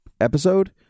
episode